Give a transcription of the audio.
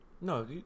no